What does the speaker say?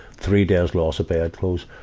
three days loss of bed clothes,